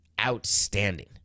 Outstanding